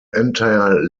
entire